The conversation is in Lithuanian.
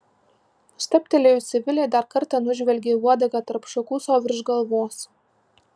stabtelėjusi vilė dar kartą nužvelgė uodegą tarp šakų sau virš galvos